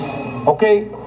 okay